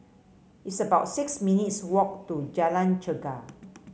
it's about six minutes' walk to Jalan Chegar